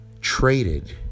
traded